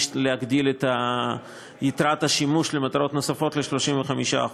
אפשר להגדיל את יתרת השימוש למטרות נוספות ל-35%.